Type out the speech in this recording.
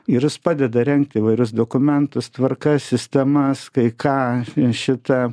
ir jis padeda rengti įvairius dokumentus tvarkas sistemas kai ką šita